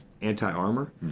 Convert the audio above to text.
anti-armor